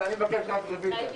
איתן, אני מבקש רוויזיה